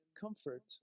comfort